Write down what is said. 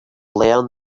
learn